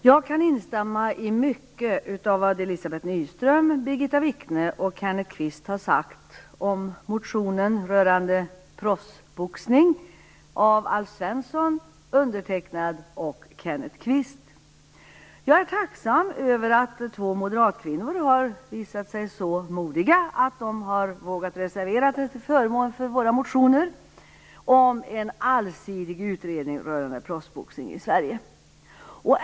Jag kan instämma i mycket av det som Kvist har sagt om motionen rörande proffsboxning av Alf Svensson och som har undertecknats av Kenneth Jag är tacksam över att två moderatkvinnor har visat sig så modiga att de har vågat reservera sig till förmån för våra motioner om en allsidig utredning rörande proffsboxning i Sverige.